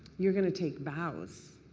you are going to take vows.